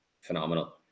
phenomenal